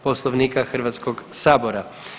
Poslovnika Hrvatskog sabora.